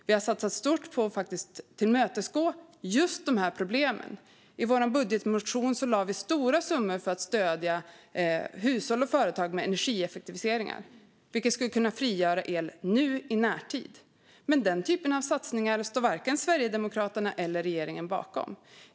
Vi har satsat stort på att faktiskt komma till rätta med dessa problem. I vår budgetmotion lade vi stora summor på att stödja hushåll och företag med energieffektiviseringar, vilket skulle kunna frigöra el nu i närtid. Men den typen av satsningar står varken Sverigedemokraterna eller regeringen bakom.